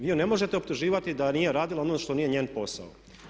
Vi ju ne možete optuživati da nije radila ono što nije njen posao.